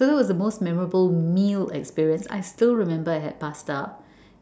so that was the most memorable meal experience I still remember I had pasta